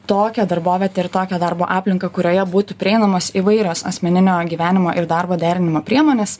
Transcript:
tokią darbovietę ir tokią darbo aplinką kurioje būtų prieinamos įvairios asmeninio gyvenimo ir darbo derinimo priemonės